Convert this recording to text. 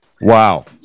Wow